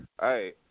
Hey